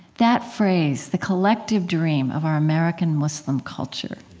that phrase, the collective dream of our american-muslim culture,